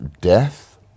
death